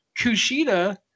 Kushida